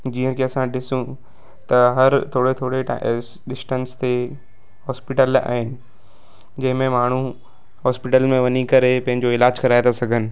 जीअं की असां ॾिसूं त हर थोरे थोरे टाइ डिस्टंस ते हॉस्पिटल आहिनि जंहिं में माण्हू हॉस्पिटल में वञी करे पंहिंजो इलाजु कराए था सघनि